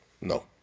No